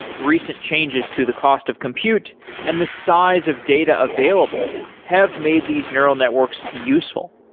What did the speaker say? recent changes to the cost of compute and the size of data available have made these neural networks useful.